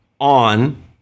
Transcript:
on